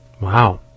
Wow